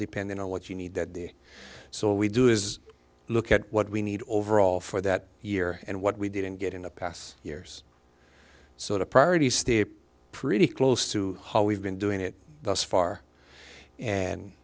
depending on what you need that day so we do is look at what we need overall for that year and what we didn't get in the past years so the priorities stay pretty close to home we've been doing it thus far and